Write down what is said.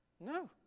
No